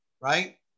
right